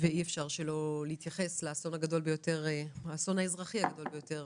שהוא האסון האזרחי הגדול ביותר